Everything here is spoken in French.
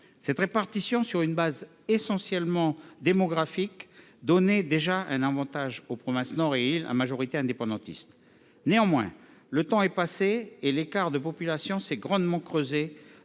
Cette répartition sur une base essentiellement démographique accordait un avantage aux provinces du Nord et des îles Loyauté, à majorité indépendantiste. Toutefois, le temps a passé et l’écart de population s’est grandement creusé,